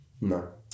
No